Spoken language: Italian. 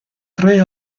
tre